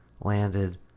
landed